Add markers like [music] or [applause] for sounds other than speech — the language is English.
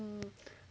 [breath]